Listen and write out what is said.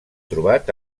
trobat